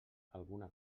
alguna